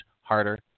harder